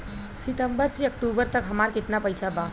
सितंबर से अक्टूबर तक हमार कितना पैसा बा?